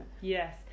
Yes